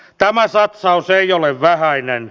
tämä satsaus ei ole vähäinen